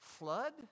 flood